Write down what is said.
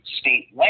state